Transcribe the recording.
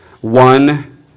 one